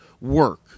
work